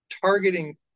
targeting